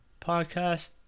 podcast